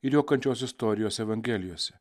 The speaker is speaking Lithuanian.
ir jo kančios istorijos evangelijose